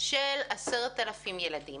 של 10,000 ילדים